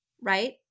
right